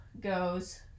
goes